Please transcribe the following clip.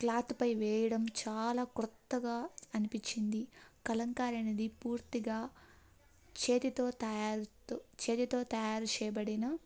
క్లాత్పై వేయడం చాలా కొత్తగా అనిపించింది కలంకారీ అనేది పూర్తిగా చేతితో తయారుతో చేతితో తయారు చేయబడిన